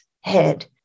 head